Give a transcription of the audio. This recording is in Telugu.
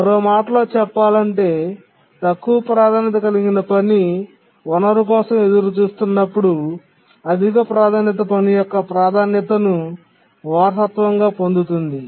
మరో మాటలో చెప్పాలంటే తక్కువ ప్రాధాన్యత కలిగిన పని వనరు కోసం ఎదురుచూస్తున్నప్పుడు అధిక ప్రాధాన్యత పని యొక్క ప్రాధాన్యతను వారసత్వంగా పొందుతుంది